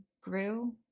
grew